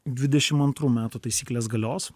dvidešimt antrų metų taisyklės galios